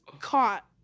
caught